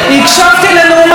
נאום האהבה העצמית,